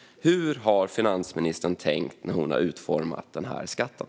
Hur har finansministern tänkt när hon har utformat den här skatten?